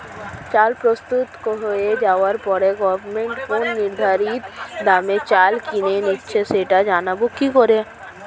চাল প্রস্তুত হয়ে যাবার পরে গভমেন্ট কোন নির্ধারিত দামে চাল কিনে নিচ্ছে সেটা জানবো কি করে?